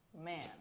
Man